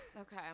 okay